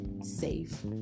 safe